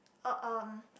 oh um